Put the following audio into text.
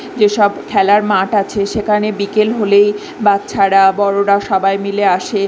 যে সব খেলার মাঠ আছে সেখানে বিকেল হলেই বাচ্চারা বড়োরা সবাই মিলে আসে